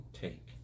take